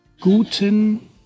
Guten